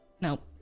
Nope